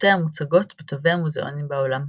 עבודותיה מוצגות בטובי המוזיאונים בעולם.